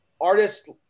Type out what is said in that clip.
artists